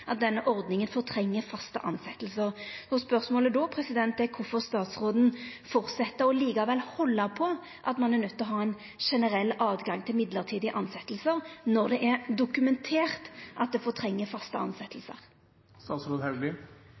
at denne ordninga fortrengjer faste tilsetjingar. Spørsmålet er då kvifor statsråden fortset å halda på at ein er nøydd til å ha ein generell rett til mellombelse tilsetjingar – når det er dokumentert at det fortrengjer faste